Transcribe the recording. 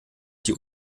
die